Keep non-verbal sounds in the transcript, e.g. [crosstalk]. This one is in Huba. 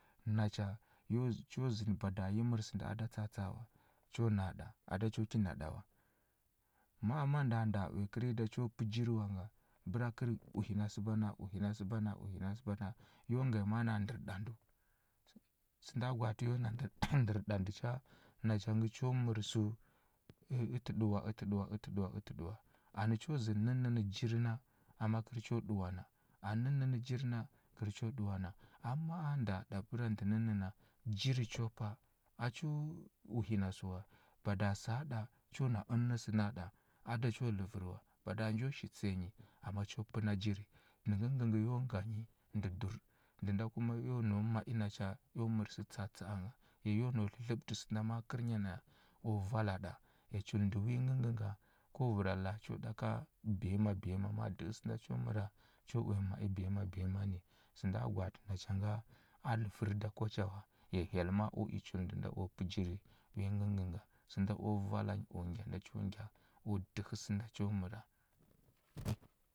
Nacha yo cho zənə bada yi mər sənda a da tsa atsa a wa, cho na ɗa, a da cho ki na ɗa wa. Ma ma ndəa nda uya kərnyi da cho pə jiri wa nga, bəra kər uhina sə bana uhina sə bana uhina sə bana, yo nga nyi maa na a ndər ɗa ndəu. Sə sənda gwaatə yo na ndər [noise] ndər ɗa ndə cha, nacha gə cho mər səu, ə ətə ɗəuwa ətə ɗəuwa ətə ɗəuwa ətə ɗəuwa. A nə cho zənə nənə nənə jiri na, amma kər cho ɗəuwana, anə nənə nə jiri na kər njo ɗəuwana. Am ma a nda ɗa bəra ndə ənə a jiri cho pəa, a cho uhina sə wa. Bada səa ɗa, cho na ənə səna ɗa, a da cho ləvər wa. Bada njo shi tsəya nyi, amma cho pəna jiri. Ndə ngəngə ngə yo nga nyi, ndə dur. Ndə nda kuma eo nau ma i na cha eo mər sə tsa atsa a nga, ya yo nau dlədləɓətə sənda ma kərnya naya u vala ɗa, ya chul ndə wi ngəngə nga, ko vəra laa cho ɗa ka biyama biyama ma a dəhə sənda cho məra, cho uya biyama biyama kwa. Sənda gwaati, nacha a ləvər da kwa cha wa. Ya hye maa u i chul ndə nda o pə jiri, wi ngəngə nga, sənda o vala u ngya nda cho ngya, u dəhə sənda cho əra.